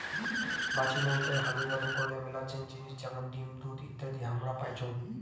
মাছুমৌতাই হালুবালু করলে মেলাছেন জিনিস যেমন ডিম, দুধ ইত্যাদি হামরা পাইচুঙ